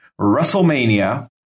WrestleMania